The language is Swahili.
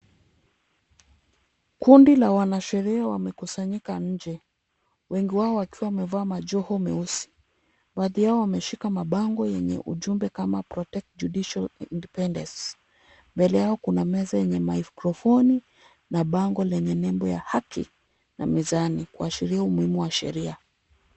Kundi la wanasheria wamekusanyika nje, wengi wao wakiwa wamevalia majoho meusi. Wengi wao wameshika mabango yenye ujumbe kama protect Judicial Independence . Mbele yao kuna meza yenye mikrofoni na bango lenye nembo ya haki na mazani, kuashiria umuhimu wa sheria.